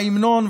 ההמנון,